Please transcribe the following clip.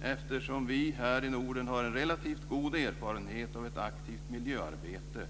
Eftersom vi här i Norden har en relativt god erfarenhet av ett aktivt miljöarbete,